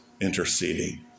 interceding